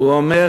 הוא אומר